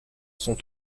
sont